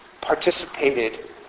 participated